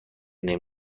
نیم